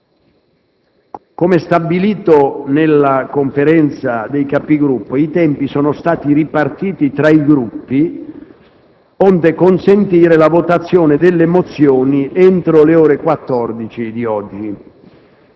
Come stabilito dalla Conferenza dei Capigruppo, i tempi sono stati ripartiti tra i Gruppi onde consentire la votazione delle mozioni entro le ore 14 di oggi.